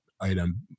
item